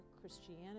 Christianity